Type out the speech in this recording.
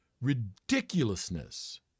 ridiculousness